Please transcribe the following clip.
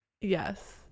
Yes